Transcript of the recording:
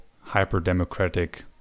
hyper-democratic